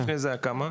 ולפני זה היה כמה?